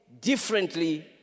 differently